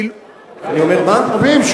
לא שומעים,